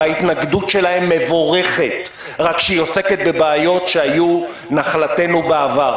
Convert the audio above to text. וההתנגדות שלהם מבורכת רק שהיא עוסקת בבעיות שהיו נחלתנו בעבר.